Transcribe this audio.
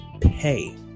pay